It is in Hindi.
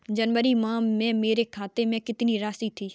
जनवरी माह में मेरे खाते में कितनी राशि थी?